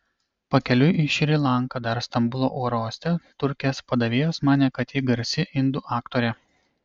pakeliui į šri lanką dar stambulo oro uoste turkės pardavėjos manė kad ji garsi indų aktorė